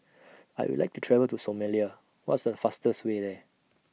I Would like to travel to Somalia What's The fastest Way There